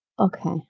Okay